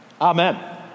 amen